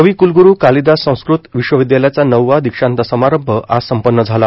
कविकुलगुरू कालिदास संस्कृत विश्वविद्यालयाचा नवम दीक्षांत समारंभ आज संपन्न झाला